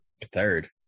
Third